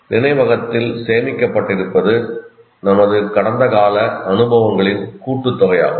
நினைவகத்தில் சேமிக்கப்பட்டிருப்பது நமது கடந்த கால அனுபவங்களின் கூட்டுத்தொகையாகும்